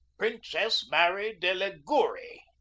princess mary de ligouri!